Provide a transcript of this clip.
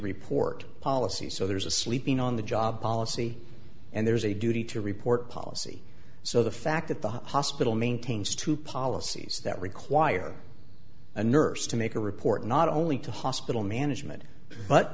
report policy so there's a sleeping on the job policy and there's a duty to report policy so the fact that the hospital maintains two policies that require a nurse to make a report not only to hospital management but